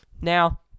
Now